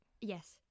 Yes